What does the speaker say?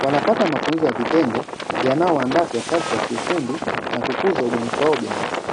wanapata mafunzo ya vitendo yanaowandaa kwa kazi za kiufundi na kukuza ubunifu wao binafsi.